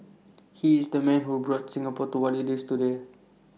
he is the man who brought Singapore to what IT is today